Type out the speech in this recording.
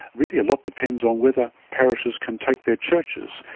really a lot depends on whether parishes can take their churches.